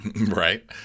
Right